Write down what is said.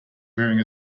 wearing